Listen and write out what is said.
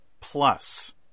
Plus